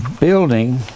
building